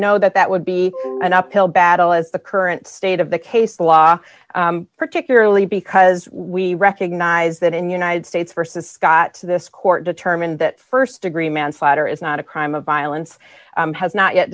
know that that would be an uphill battle as the current state of the case the law particularly because we recognize that in united states versus scott this court determined that st degree manslaughter is not a crime of violence has not yet